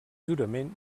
jurament